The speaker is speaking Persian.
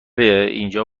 اینجا